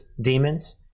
demons